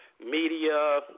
Media